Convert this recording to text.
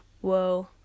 whoa